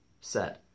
set